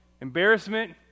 embarrassment